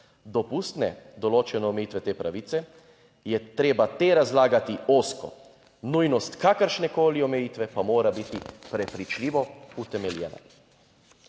dopustne določene omejitve te pravice, je treba te razlagati ozko. Nujnost kakršnekoli omejitve pa mora biti prepričljivo utemeljena.